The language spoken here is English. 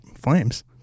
flames